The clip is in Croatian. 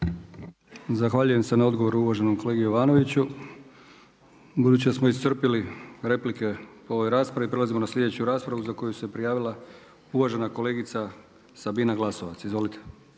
Zahvaljujem se na odgovoru uvaženom kolegi Jovanoviću. Budući da smo iscrpili replike po ovoj raspravi. Prelazimo na sljedeću raspravu za koju se prijavila uvažena kolegica Sabina Glasovac. Izvolite.